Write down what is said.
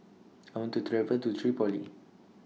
I want to travel to Tripoli